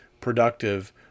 productive